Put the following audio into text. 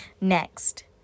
next